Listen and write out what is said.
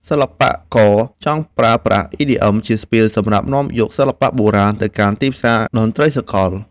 សិល្បករចង់ប្រើប្រាស់ EDM ជាស្ពានសម្រាប់នាំយកសិល្បៈបុរាណទៅកាន់ទីផ្សារតន្ត្រីសកល។